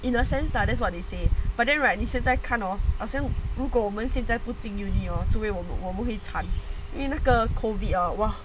in a sense lah that's what they say but then right 你现在看 hor 好像如果我们现在不仅 university hor 作为我们我们会很掺因为那个 COVID !wah!